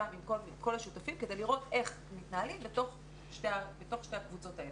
עם כל השותפים כדי לראות איך מתנהלים בתוך שתי הקבוצות האלה,